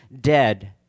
dead